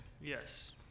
Yes